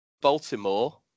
Baltimore